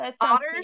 Otters